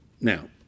Now